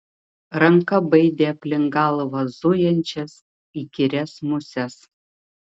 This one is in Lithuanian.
ranka baidė aplink galvą zujančias įkyrias muses